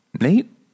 Nate